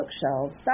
bookshelves